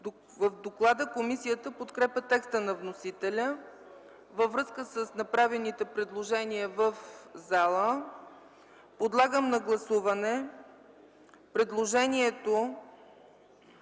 В доклада комисията подкрепя текста на вносителя. Във връзка с направените предложения в залата, подлагам на гласуване предложението